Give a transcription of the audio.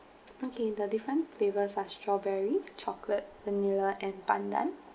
okay the different flavors are strawberry chocolate vanilla and pandan